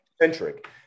centric